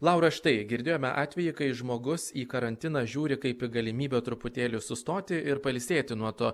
laura štai girdėjome atvejį kai žmogus į karantiną žiūri kaip į galimybę truputėlį sustoti ir pailsėti nuo to